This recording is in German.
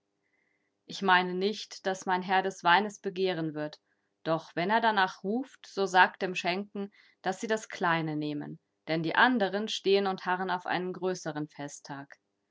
ich meine nicht daß mein herr des weines begehren wird doch wenn er danach ruft so sagt dem schenken daß sie das kleine nehmen denn die anderen stehen und harren auf einen größeren festtag